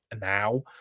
now